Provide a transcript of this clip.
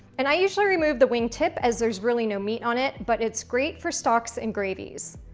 and i usually remove the wingtip as there's really no meat on it, but it's great for stocks and gravies.